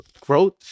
Growth